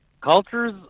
cultures